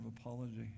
apology